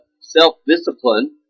self-discipline